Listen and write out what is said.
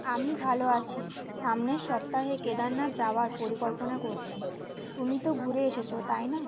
আমি ভালো আছি সামনের সপ্তাহে কেদারনাথ যাওয়ার পরিকল্পনা করছি তুমি তো ঘুরে এসেছ তাই না